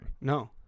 No